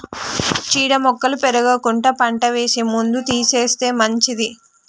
చీడ మొక్కలు పెరగకుండా పంట వేసే ముందు తీసేస్తే మంచిది